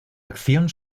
acción